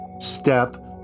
Step